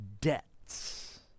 debts